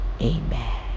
amen